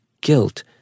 Guilt